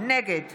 נגד